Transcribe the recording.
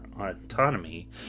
autonomy